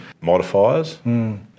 modifiers